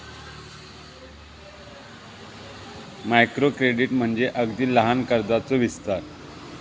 micro credit म्हणजे अगदी लहान कर्जाचो विस्तार